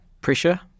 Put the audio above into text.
pressure